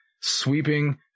sweeping